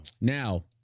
Now